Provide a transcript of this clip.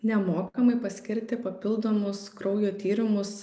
nemokamai paskirti papildomus kraujo tyrimus